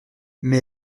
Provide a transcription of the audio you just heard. mais